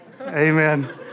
Amen